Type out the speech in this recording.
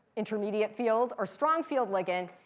intermediate field, or strong field ligand,